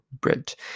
Bridge